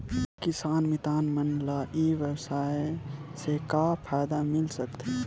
किसान मितान मन ला ई व्यवसाय से का फ़ायदा मिल सकथे?